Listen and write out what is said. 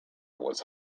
was